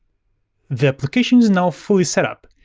the application is now fully set up.